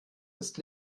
ist